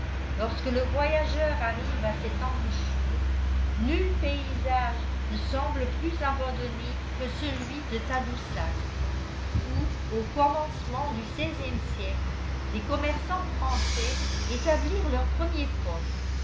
lorsque le voyageur arrive à cette embouchure nul paysage ne semble plus abandonné que celui de tadoussac où au commencement du seizième siècle les commerçants français établirent leur premier poste